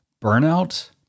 burnout